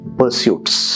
pursuits